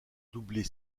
doubler